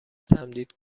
تمدید